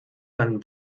einen